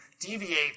deviate